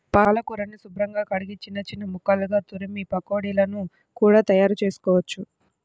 పాలకూరని శుభ్రంగా కడిగి చిన్న చిన్న ముక్కలుగా తురిమి పకోడీలను కూడా తయారుచేసుకోవచ్చు